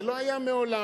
זה לא היה מעולם,